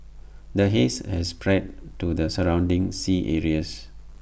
the haze has spread to the surrounding sea areas